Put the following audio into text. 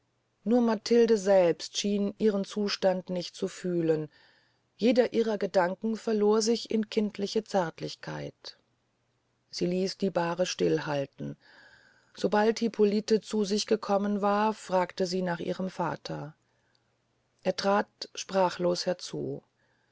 nur matilde selbst schien ihren zustand nicht fühlen jeder ihrer gedanken verlor sich in kindliche zärtlichkeit sie ließ die bahre stillhalten sobald hippolite zu sich gekommen war fragte sie nach ihrem vater er trat sprachlos herzu